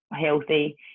healthy